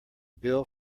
bill